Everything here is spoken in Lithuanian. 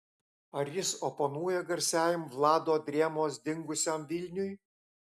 ar jis oponuoja garsiajam vlado drėmos dingusiam vilniui